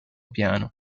piano